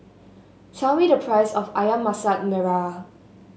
tell me the price of ayam Masak Merah